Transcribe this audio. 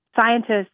scientists